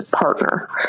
partner